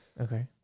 Okay